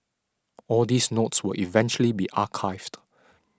all these notes will eventually be archived